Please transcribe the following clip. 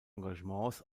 engagements